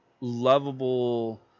lovable